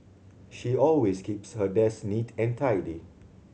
she always keeps her desk neat and tidy